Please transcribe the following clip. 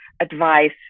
advice